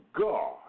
God